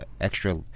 extra